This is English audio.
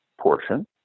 portion